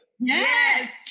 Yes